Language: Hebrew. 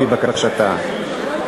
לפי בקשתה.